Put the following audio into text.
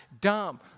dumb